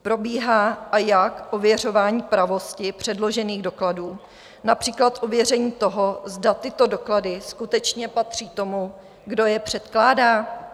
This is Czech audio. Probíhá, a jak, ověřování pravosti předložených dokladů, například ověření toho, zda tyto doklady skutečně patří tomu, kdo je předkládá?